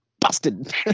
busted